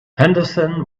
henderson